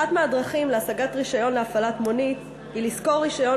אחת מהדרכים להשגת רישיון להפעלת מונית היא לשכור רישיון